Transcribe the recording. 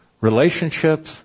relationships